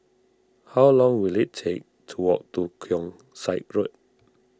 how long will it take to walk to Keong Saik Road